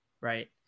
right